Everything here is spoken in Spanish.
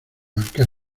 marqués